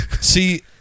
See